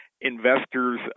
investors